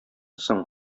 соң